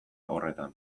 horretan